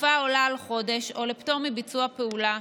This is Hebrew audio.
לתקופה העולה על חודש, או לפטור מביצוע פעולה,